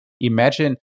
imagine